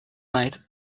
night